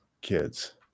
kids